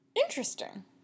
Interesting